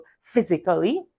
physically